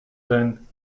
sein